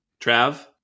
Trav